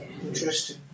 interesting